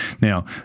Now